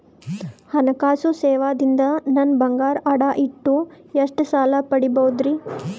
ಹಣಕಾಸು ಸೇವಾ ದಿಂದ ನನ್ ಬಂಗಾರ ಅಡಾ ಇಟ್ಟು ಎಷ್ಟ ಸಾಲ ಪಡಿಬೋದರಿ?